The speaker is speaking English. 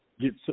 get